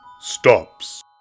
stops